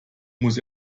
muss